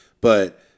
but-